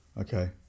Okay